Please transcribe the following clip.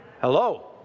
Hello